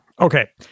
Okay